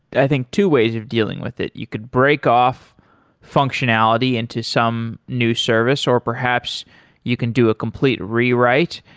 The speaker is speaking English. i think, two ways of dealing with it. you could break off functionality into some new service or perhaps you can do a complete rewrite,